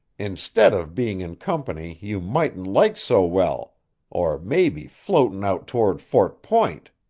instead of being in company you mightn't like so well or maybe floating out toward fort point.